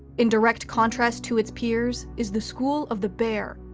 in direct contrast to its peers is the school of the bear,